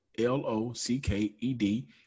L-O-C-K-E-D